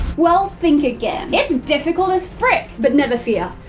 well, think again. it's difficult as frick! but never fear.